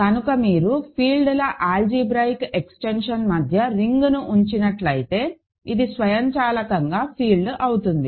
కనుక మీరు ఫీల్డ్ల ఆల్జీబ్రాయిక్ ఎక్స్టెన్షన్ మధ్య రింగ్ను ఉంచినట్లయితే ఇది స్వయంచాలకంగా ఫీల్డ్ అవుతుంది